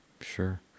Sure